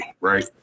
right